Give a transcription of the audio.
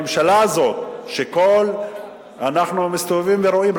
אנחנו מסתובבים ורואים.